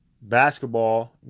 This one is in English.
basketball